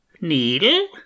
Needle